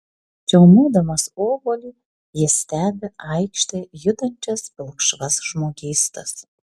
čiaumodamas obuolį jis stebi aikšte judančias pilkšvas žmogystas